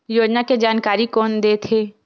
योजना के जानकारी कोन दे थे?